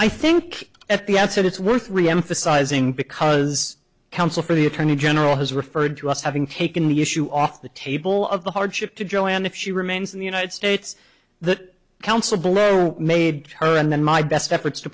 i think at the outset it's worth reemphasizing because counsel for the attorney general has referred to us having taken the issue off the table of the hardship to joanne if she remains in the united states that counsel below made her and then my best efforts to